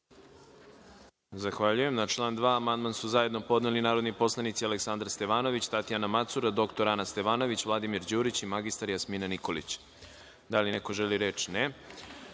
Zahvaljujem. Na član 2. amandman su zajedno podneli narodni poslanici Aleksandar Stevanović, Tatjana Macura, dr Ana Stevanović, Vladimir Đurić i mr Jasmina Nikolić. Da li neko želi reč?